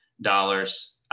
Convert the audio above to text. dollars